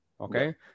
okay